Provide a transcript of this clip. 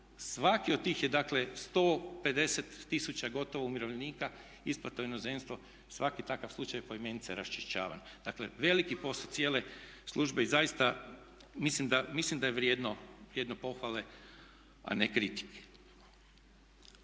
svaki od tih je dakle 150 tisuća gotovo umirovljenika, isplata u inozemstvo, svaki takav slučaj poimence raščišćavan. Dakle veliki posao cijele službe i zaista mislim da je vrijedno pohvale a ne kritike.